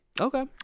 Okay